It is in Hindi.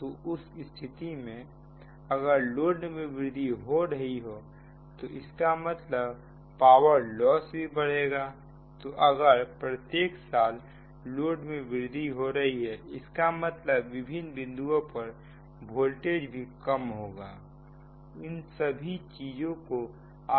तो इस स्थिति में अगर लोड में वृद्धि हो रही हो तो इसका मतलब पावर लॉस भी बढ़ेगा तो अगर प्रत्येक साल लोड में वृद्धि हो रही है तो इसका मतलब विभिन्न बिंदुओं पर वोल्टेज भी कम होगा इन सभी चीजों को